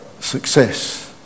success